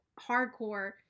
hardcore